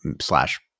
slash